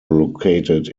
located